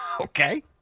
Okay